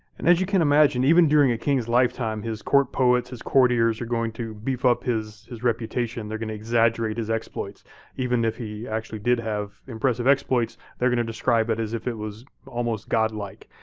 and as you can imagine, even during a king's lifetime, his court poets, his courtiers, are going to beef up his his reputation, they're gonna exaggerate his exploits even if he actually did have impressive exploits, they're gonna describe it as if it was almost godlike.